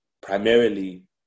primarily